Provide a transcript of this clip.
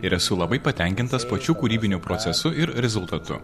ir esu labai patenkintas pačiu kūrybiniu procesu ir rezultatu